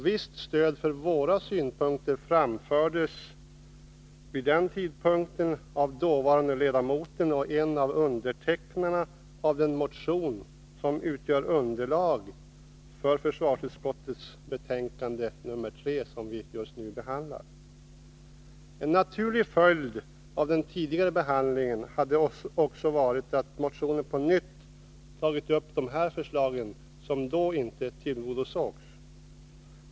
Visst stöd för våra synpunkter framfördes vid den tidpunkten av dåvarande ledamoten och en av undertecknarna av den motion som utgör underlag för försvarsutskottets betänkande nr 3, som vi just nu behandlar. En naturlig följd av den tidigare behandlingen hade varit att det i motionen på nytt tagits upp de förslag som då ej tillgodosågs.